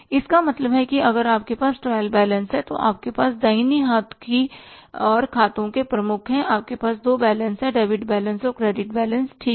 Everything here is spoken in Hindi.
इसका मतलब है कि अगर आपके पास ट्रायल बैलेंस है तो आपके पास दाहिने हाथ की ओर खातों के प्रमुख हैं आपके पास दो बैलेंस हैडेबिट बैलेंस और क्रेडिट बैलेंस ठीक है